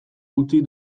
utzi